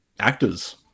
actors